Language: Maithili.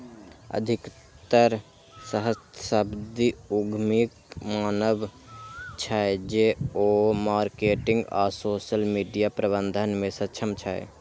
अधिकतर सहस्राब्दी उद्यमीक मानब छै, जे ओ मार्केटिंग आ सोशल मीडिया प्रबंधन मे सक्षम छै